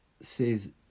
says